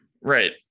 Right